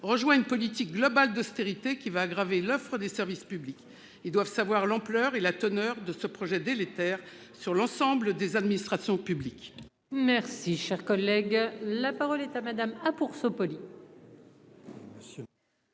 rejoint une politique globale d'austérité qui va aggraver l'offrent des services publics, ils doivent savoir l'ampleur et la teneur de ce projet délétère sur l'ensemble des administrations publiques. Merci, cher collègue, la parole est à madame ah pour s'opposer.